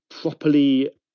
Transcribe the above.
properly